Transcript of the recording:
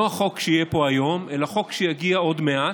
לא החוק שיהיה פה היום אלא חוק שיגיע עוד מעט,